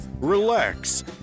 relax